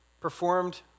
performed